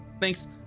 Thanks